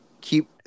keep